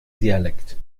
dialekt